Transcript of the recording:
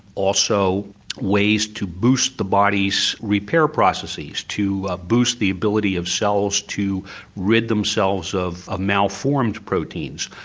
also ways to boost the body's repair processes, to ah boost the ability of cells to rid themselves of ah malformed proteins.